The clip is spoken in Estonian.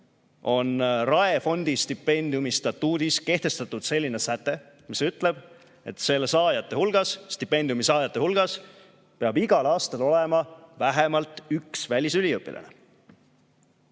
on Raefondi stipendiumi statuudis selline säte, mis ütleb, et selle stipendiumi saajate hulgas peab igal aastal olema vähemalt üks välisüliõpilane.